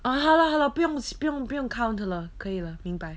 ah 好了好了不用不用不用 count 了可以了明白